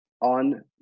on